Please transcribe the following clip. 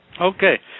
okay